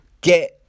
get